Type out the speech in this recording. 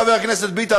חבר הכנסת ביטן,